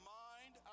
mind